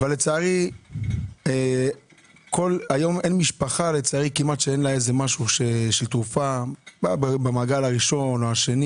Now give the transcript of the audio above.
לצערי אין משפחה שאין בה צורך בתרופה במעגל הראשון או השני